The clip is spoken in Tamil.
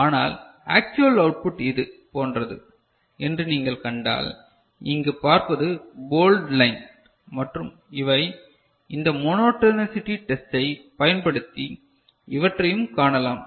ஆனால் ஆக்சுவல் அவுட் புட் இது போன்றது என்று நீங்கள் கண்டால் இங்கு பார்ப்பது போல்ட் லைன் மற்றும் இவை இந்த மோனோடோனிசிட்டி டெஸ்ட்டைப் பயன்படுத்தி இவற்றையும் காணலாம்